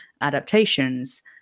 adaptations